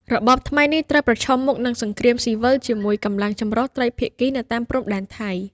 របបថ្មីនេះត្រូវប្រឈមមុខនឹងសង្គ្រាមស៊ីវិលជាមួយកម្លាំងចម្រុះត្រីភាគីនៅតាមព្រំដែនថៃ។